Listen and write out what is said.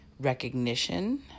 recognition